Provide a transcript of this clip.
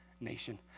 nation